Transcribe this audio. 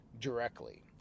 directly